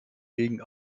gegen